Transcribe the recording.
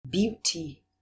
beauty